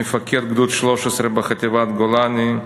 מפקד גדוד 13 בחטיבת גולני,